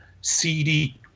CD